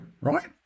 right